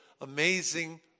amazing